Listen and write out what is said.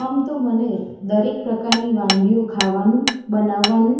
આમ તો મને દરેક પ્રકારની વાનગીઓ ખાવાનું બનાવવાનું